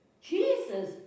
Jesus